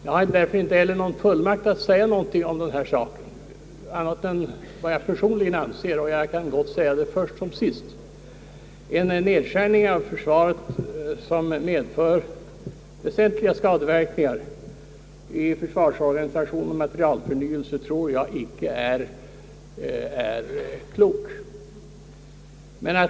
Jag har därför inte heller någon fullmakt att säga någonting för folkpartiets räkning om dessa saker men vill framföra vad jag personligen anser. Jag vill då först som sist säga att jag anser, att en sådan nedskärning av kostnaderna som medför väsentliga skadeverkningar på försvarsorganisationen och materielförnyelsen icke är tillrådliga.